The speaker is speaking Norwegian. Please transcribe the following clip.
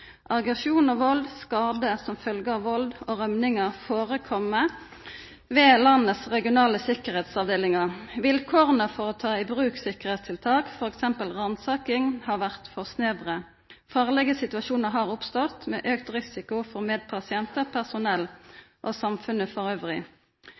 Aggresjon og vald, skadar som følgje av vald og rømingar, førekjem ved landet sine regionale sikkerheitsavdelingar. Vilkåra for å ta i bruk sikkerheitstiltak, t.d. ransaking, har vore for snevre. Farlige situasjonar har oppstått, med auka risiko for medpasientar, personell